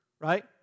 right